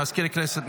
מזכיר הכנסת,